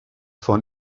von